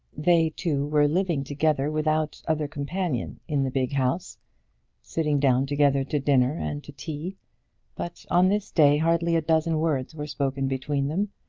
they two were living together without other companion in the big house sitting down together to dinner and to tea but on this day hardly a dozen words were spoken between them,